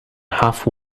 half